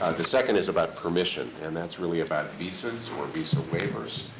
the second is about permission, and that's really about visa's or visa waivers.